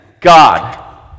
God